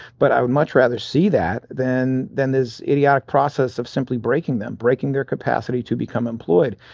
but i would much rather see that than than this idiotic process of simply breaking them, breaking their capacity to become employed.